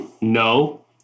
no